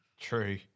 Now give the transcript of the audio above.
True